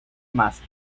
más